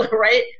right